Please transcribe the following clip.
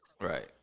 right